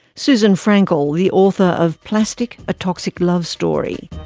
susan freinkel, the author of plastic a toxic love story.